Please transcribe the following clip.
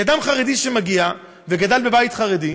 כי אדם חרדי שמגיע וגדל בבית חרדי,